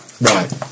Right